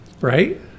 right